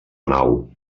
nau